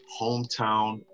hometown